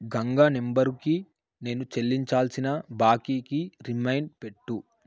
గంగా నంబరుకి నేను చెల్లించాల్సిన బాకీకి రిమైండ్ పెట్టు